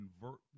convert